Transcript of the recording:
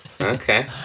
Okay